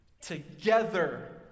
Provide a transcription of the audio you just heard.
together